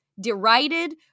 derided